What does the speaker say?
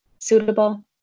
suitable